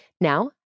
Now